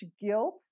guilt